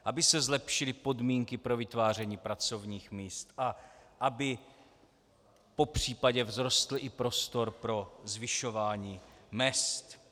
Aby se zlepšily podmínky pro vytváření pracovních míst a aby popřípadě vzrostl i prostor pro zvyšování mezd.